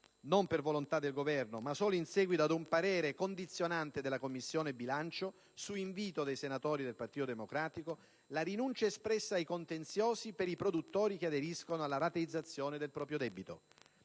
non per volontà del Governo ma solo in seguito ad un parere condizionante della Commissione bilancio, su invito dei senatori del PD, la rinuncia espressa ai contenziosi per i produttori che aderiscono alla rateizzazione del proprio debito.